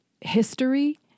history